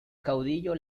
caudillo